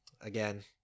Again